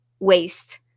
Waste